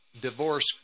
divorce